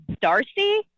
Darcy